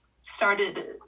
started